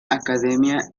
academia